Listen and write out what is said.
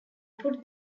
put